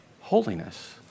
holiness